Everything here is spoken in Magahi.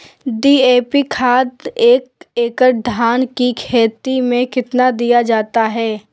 डी.ए.पी खाद एक एकड़ धान की खेती में कितना दीया जाता है?